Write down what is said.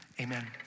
amen